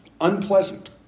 unpleasant